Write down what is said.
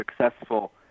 successful